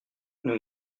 nous